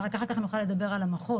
ורק אחר כך נוכל לדבר על המחוז,